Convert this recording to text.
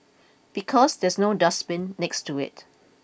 because there's no dustbin next to it